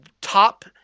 top